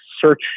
search